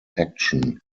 action